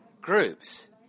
groups